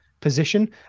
position